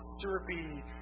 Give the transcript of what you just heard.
syrupy